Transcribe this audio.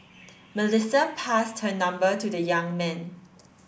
Melissa passed her number to the young man